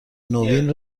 نوین